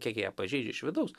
kiek ją pažeidžia iš vidaus